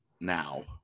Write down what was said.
now